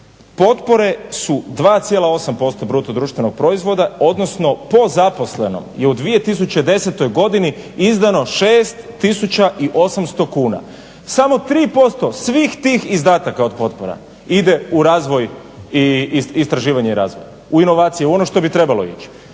Potpore su 2,8% bruto društvenog proizvoda, odnosno po zaposlenom je u 2010. godini izdano 6800 kuna. Samo 3% svih tih izdataka od potpora ide u razvoj, istraživanje i razvoj, u inovacije, u ono u što bi trebalo ići.